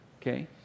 Okay